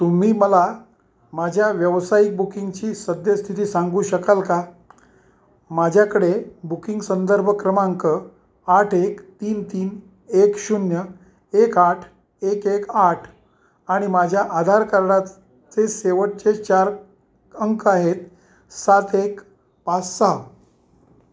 तुम्ही मला माझ्या व्यावसायिक बुकिंगची सद्यस्थिती सांगू शकाल का माझ्याकडे बुकिंग संदर्भ क्रमांक आठ एक तीन तीन एक शून्य एक आठ एक एक आठ आणि माझ्या आधार कार्डाचे शेवटचे चार अंक आहेत सात एक पास सहा